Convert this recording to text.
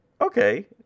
Okay